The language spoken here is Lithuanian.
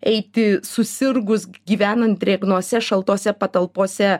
eiti susirgus gyvenant drėgnose šaltose patalpose